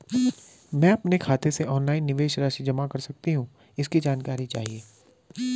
मैं अपने खाते से ऑनलाइन निवेश राशि जमा कर सकती हूँ इसकी जानकारी चाहिए?